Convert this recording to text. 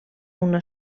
una